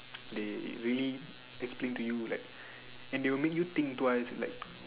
they really explain to you like and they will make you think twice like